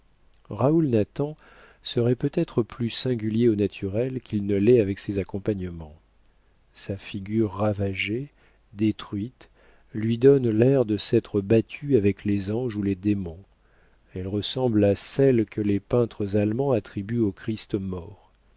raoul nathan serait peut-être plus singulier au naturel qu'il ne l'est avec ses accompagnements sa figure ravagée détruite lui donne l'air de s'être battu avec les anges ou les démons elle ressemble à celle que les peintres allemands attribuent au christ mort